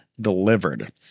delivered